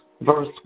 verse